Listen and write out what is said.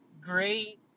Great